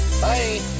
Bye